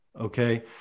okay